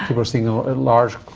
um we're seeing a and large